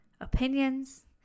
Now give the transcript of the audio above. opinions